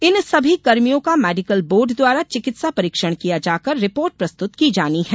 इन सभी कर्मियों का मेडिकल बोर्ड द्वारा चिकित्सा परीक्षण किया जाकर रिपोर्ट प्रस्तुत की जानी है